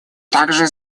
также